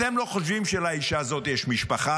אתם לא חושבים שלאישה הזאת יש משפחה?